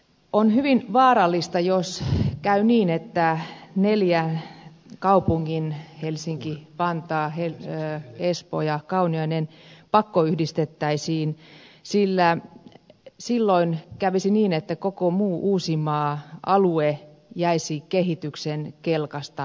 on hyvin vaarallista jos käy niin että neljä kaupunkia helsinki vantaa espoo ja kauniainen pakkoyhdistettäisiin sillä silloin kävisi niin että koko muu uusimaa alue jäisi kehityksen kelkasta pois